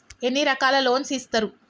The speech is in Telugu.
ఎన్ని రకాల లోన్స్ ఇస్తరు?